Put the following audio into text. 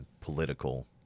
political